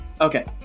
Okay